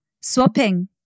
Swapping